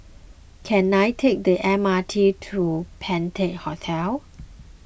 can I take the M R T to Penta Hotel